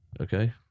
Okay